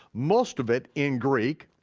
most of it in greek.